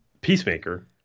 peacemaker